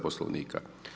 Poslovnika.